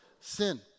sin